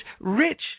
rich